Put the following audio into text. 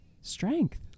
strength